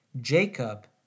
Jacob